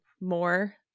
more